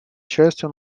частью